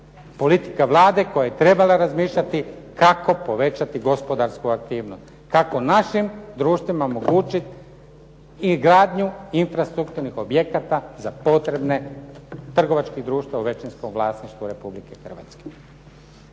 Politika Vlade koja je trebala razmišljati kako povećati gospodarsku aktivnost, kako našim društvima omogućit izgradnju infrastrukturnih objekata za potrebe trgovačkih društava u većinskom vlasništvu Republike Hrvatske.